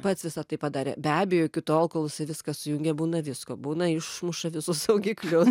pats visa tai padarė be abejo iki tol kol viską sujungia būna visko būna išmuša visus saugiklius